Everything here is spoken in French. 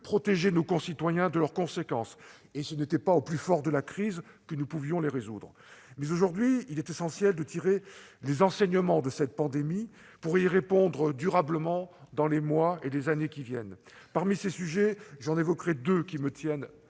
protéger nos concitoyens de leurs conséquences, et ce n'était pas au plus fort de la crise que nous pouvions les résoudre. Mais, aujourd'hui, il est essentiel de tirer les enseignements de cette pandémie pour y répondre durablement dans les mois et années à venir. Parmi ces sujets, j'en évoquerai deux qui me tiennent